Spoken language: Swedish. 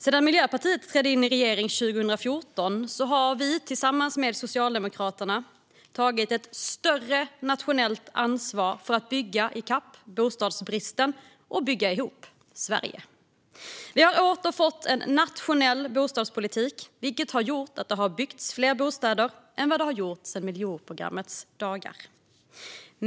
Sedan Miljöpartiet trädde in i regeringen 2014 har vi tillsammans med Socialdemokraterna tagit ett större nationellt ansvar för att bygga i kapp bostadsbristen och bygga ihop Sverige. Vi har åter fått en nationell bostadspolitik, vilket har gjort att det har byggts fler bostäder än det gjorts sedan miljonprogrammets dagar.